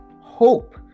hope